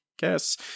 guess